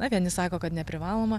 na vieni sako kad neprivaloma